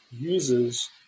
uses